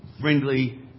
friendly